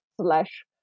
slash